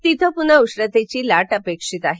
तिथे पुन्हा उष्णतेची लाटही अपेक्षित आहे